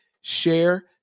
share